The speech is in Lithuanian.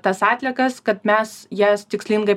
tas atliekas kad mes jas tikslingai